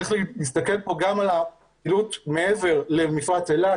צריך להסתכל גם על הפעילות מעבר למפרץ אילת,